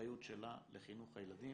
מהאחריות שלה לחינוך הילדים,